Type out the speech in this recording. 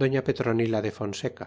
doña pretonila de fonseca